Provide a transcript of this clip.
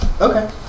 Okay